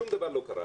שום קרה לא קרה.